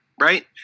right